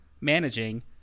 managing